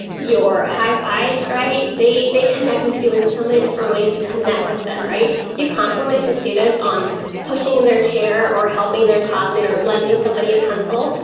your high-fives, right. they they connect with you in so many different ways. you connect with them, right. you compliment a student on pushing in their chair or helping their classmate or lending somebody a pencil.